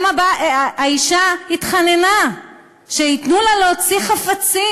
האישה התחננה שייתנו לה להוציא חפצים,